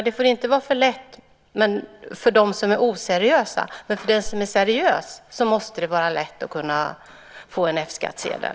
Det får inte vara för lätt för dem som är oseriösa, men för den som är seriös måste det vara lätt att kunna få en F-skattsedel.